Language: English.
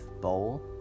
bowl